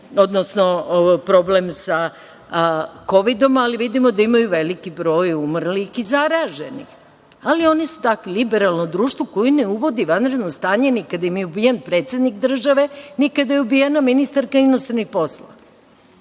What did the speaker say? odnosno ovaj problem sa Kovidom, ali vidimo da imaju veliki broj umrlih i zaraženih, ali oni su takvi, liberalno društvo koje ne uvodi vanredno stanje ni kada im je ubijen predsednik države, ni kada je ubijena ministarka inostranih poslova.